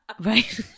right